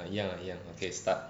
ah ya ya okay start